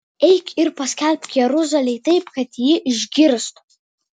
eik ir paskelbk jeruzalei taip kad ji išgirstų